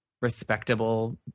respectable